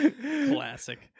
Classic